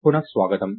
పునః స్వాగతం